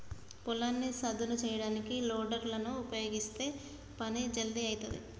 పొలాన్ని సదును చేయడానికి లోడర్ లను ఉపయీగిస్తే పని జల్దీ అయితది